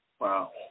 Wow